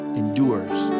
endures